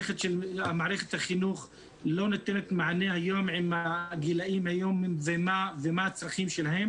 שמערכת החינוך לא נותנת מענה היום לגילאים ולצרכים שלהם.